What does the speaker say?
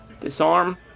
Disarm